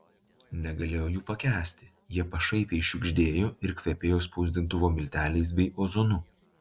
negalėjo jų pakęsti jie pašaipiai šiugždėjo ir kvepėjo spausdintuvo milteliais bei ozonu